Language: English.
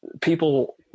people